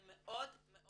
אני מאוד מאוד